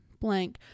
blank